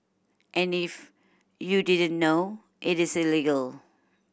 and if you didn't know it is illegal